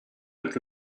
être